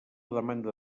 demanda